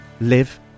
live